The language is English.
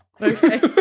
Okay